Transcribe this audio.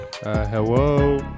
hello